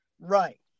Right